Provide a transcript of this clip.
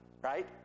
right